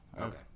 Okay